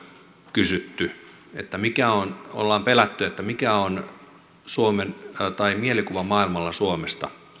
kysytty ollaan pelätty mikä on mielikuva maailmalla suomesta